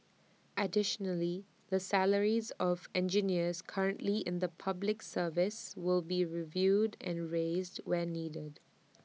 additionally the salaries of engineers currently in the Public Service will be reviewed and raised where needed